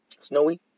Snowy